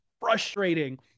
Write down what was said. frustrating